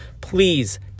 Please